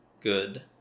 good